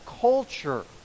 culture